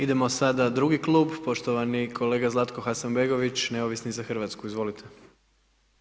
Idemo sada drugi klub, poštovani kolega Zlatko Hasanbegović, Neovisni za Hrvatsku, izvolite.